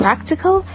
Practical